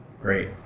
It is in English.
Great